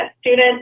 student